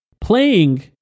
playing